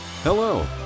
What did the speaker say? hello